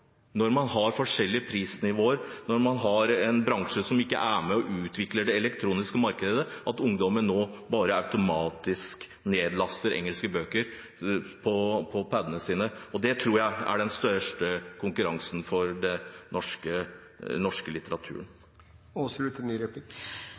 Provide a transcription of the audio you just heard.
når man har forskjellige prisnivåer, når man har en bransje som ikke er med og utvikler det elektroniske markedet, og når ungdommen nå bare automatisk laster ned engelske bøker på Pad-ene sine. Det tror jeg er den største konkurransen for den norske litteraturen.